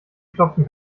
klopfen